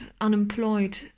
unemployed